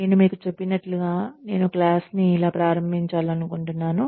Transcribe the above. నేను మీకు చెప్పినట్లుగా నేను క్లాస్ ని ఇలా ప్రారంభించాలనుకుంటున్నాను